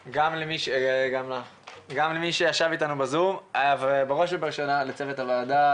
וגם למי שישב אתנו בזום ובראש ובראשונה לצוות הוועדה,